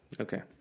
Okay